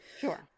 Sure